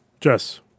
Jess